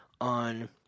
on